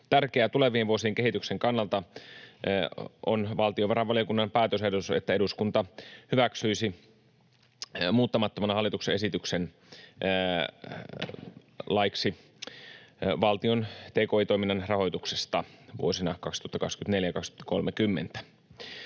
Tärkeää tulevien vuosien kehityksen kannalta on valtiovarainvaliokunnan päätösehdotus, että eduskunta hyväksyisi muuttamattomana hallituksen esityksen laiksi valtion tki-toiminnan rahoituksesta vuosina 2024—2030.